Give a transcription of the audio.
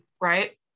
Right